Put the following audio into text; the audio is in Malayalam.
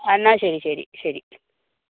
എന്നാൽ ശരി ശരി ശരി